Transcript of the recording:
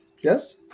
yes